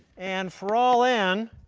and for all n,